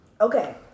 Okay